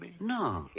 No